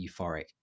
euphoric